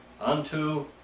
unto